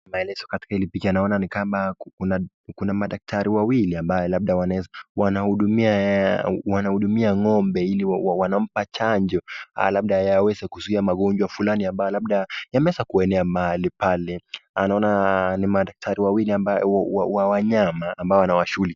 Maelezo katika hili picha naona ni kama kuna kuna madaktari wawili ambao labda wanahudumia wanahudumia ng'ombe ili wanampa chanjo labda yaweze kuzuia magonjwa fulani ambayo labda yameweza kuenea mahali pale. Naona ni madaktari wawili ambao wa wanyama ambao wanawashughuli.